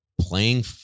playing